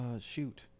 shoot